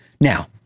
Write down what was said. Now